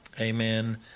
Amen